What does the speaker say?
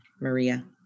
Maria